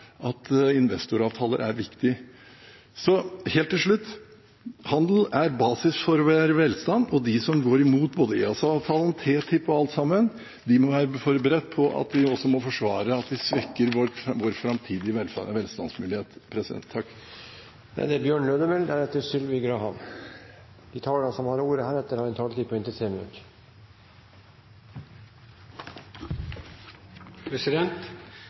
at investoravtaler er viktige. Så helt til slutt: Handel er basis for vår velstand, og de som går imot både EØS-avtalen, TTIP og alt sammen, må være forberedt på at de også må forsvare at de svekker vår framtidige velstandsmulighet.